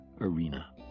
arena